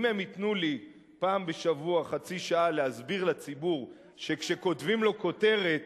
אם הם ייתנו לי פעם בשבוע חצי שעה להסביר לציבור שכשכותבים לו כותרת